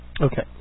Okay